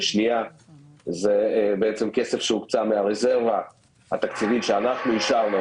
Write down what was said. ושנייה זה כסף שהוקצה מהרזרבה התקציבים שאנחנו אישרנו,